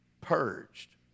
purged